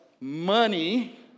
money